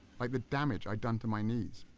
like the damage i'd done to my knees.